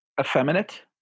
Effeminate